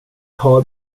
har